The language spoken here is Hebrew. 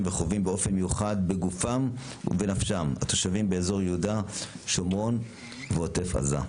וחווים באופן מיוחד בגופם ובנפשם התושבים באזור יהודה שומרון ועוטף עזה.